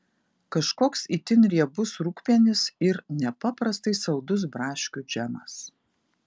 kažkoks itin riebus rūgpienis ir nepaprastai saldus braškių džemas